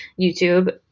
youtube